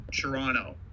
Toronto